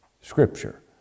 scripture